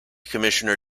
commissioner